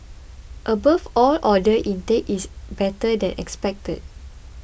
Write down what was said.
above all order intake is better than expected